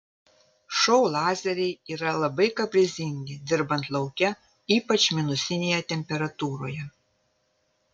šou lazeriai yra labai kaprizingi dirbant lauke ypač minusinėje temperatūroje